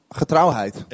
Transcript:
getrouwheid